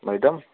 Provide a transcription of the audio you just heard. madam